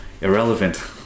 irrelevant